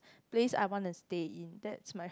place I wanna stay in that's my